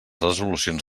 resolucions